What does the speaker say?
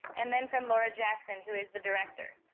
and then from laura jackson, who is the director.